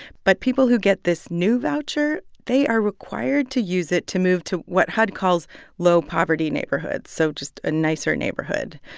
but people who get this new voucher, they are required to use it to move to what hud calls low-poverty neighborhoods so just a nicer neighborhood.